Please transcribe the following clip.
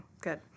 good